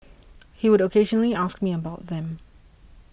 he would occasionally ask me about them